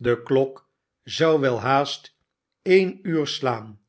de klok zou welhaast e'en uur slaan